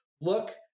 look